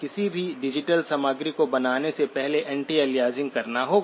किसी भी डिजिटल सामग्री को बनाने से पहले एंटी अलियासिंग करना होगा